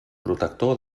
protector